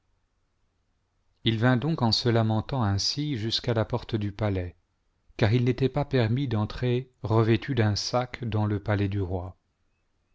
il vint donc en se lamentant ainsi jusqu'à la porte du palais car il n'était pas permis d'entrer revêtu d'un sac dans le palais du roi